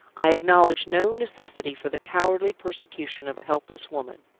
i acknowledge no necessity for the cowardly persecution of a helpless woman.